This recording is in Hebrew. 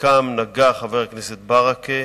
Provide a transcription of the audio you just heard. שבחלקם נגע חבר הכנסת ברכה,